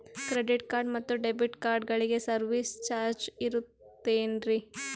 Credit card ಮತ್ತು debit ಕಾರ್ಡಗಳಿಗೆ service charge ಇರುತೇನ್ರಿ?